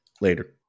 later